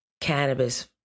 cannabis